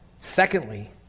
secondly